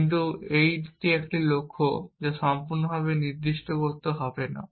কিন্তু একটি লক্ষ্য সম্পূর্ণরূপে নির্দিষ্ট করতে হবে না